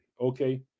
Okay